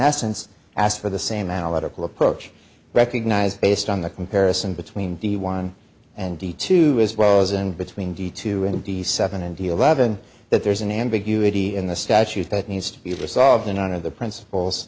essence asked for the same analytical approach recognized based on the comparison between the one and d two as well as in between the two in d c seven and eleven that there's an ambiguity in the statute that needs to be resolved in one of the principles